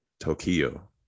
Tokyo